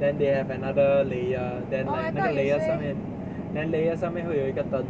then they have another layer then like 那个 layer 上面 then layer 上面会有一个灯